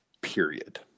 Period